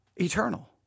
eternal